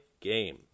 game